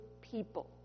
people